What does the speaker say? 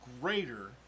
greater